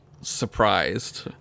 surprised